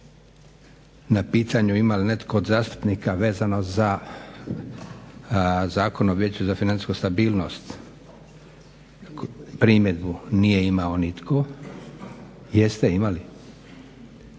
na pitanju ima li netko od zastupnika vezano za Zakon o vijeću za financijsku stabilnost primjedbu. Nije imao nitko. Jeste imali?